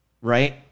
right